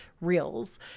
reels